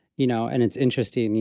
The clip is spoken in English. you know, and it's interesting, and you